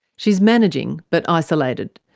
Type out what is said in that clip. she's managing, but isolated.